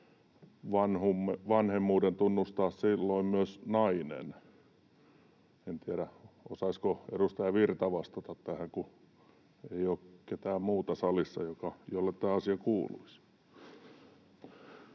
vanhemmuuden tunnustaa silloin myös nainen? En tiedä, osaisiko edustaja Virta vastata tähän, kun ei ole ketään muuta salissa, jolle tämä asia kuuluisi.